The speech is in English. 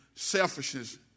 Selfishness